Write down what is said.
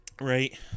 right